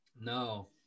No